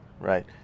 right